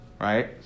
Right